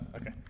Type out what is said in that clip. okay